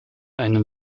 einen